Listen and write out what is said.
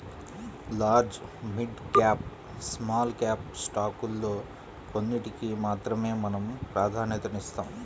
large, mid cap, small cap స్టాకుల్లో కొన్నిటికి మాత్రమే మనం ప్రాధన్యతనిస్తాం